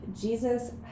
Jesus